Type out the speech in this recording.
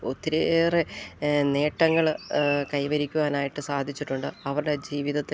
ഒത്തിരിയേറെ നേട്ടങ്ങള് കൈവരിക്കുവാനായിട്ട് സാധിച്ചിട്ടുണ്ട് അവരുടെ ജീവിതത്തില്